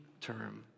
term